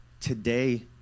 today